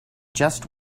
just